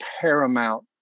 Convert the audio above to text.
paramount